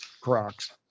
crocs